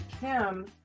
Kim